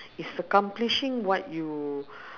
is accomplishing what you